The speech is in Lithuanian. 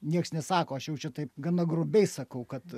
nieks nesako aš jau čia taip gana grubiai sakau kad